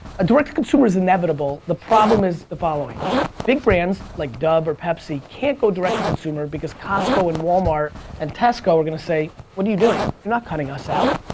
direct to consumer is inevitable the problem is the following big brands like dove or pepsi can't go direct to consumer because costco and walmart and tesco are going to say what are you doing? you're not cutting us out.